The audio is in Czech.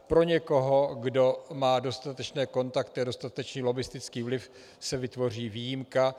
Pro někoho, kdo má dostatečné kontakty a dostatečný lobbistický vliv, se vytvoří výjimka.